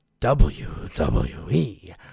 WWE